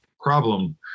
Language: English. problem